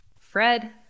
Fred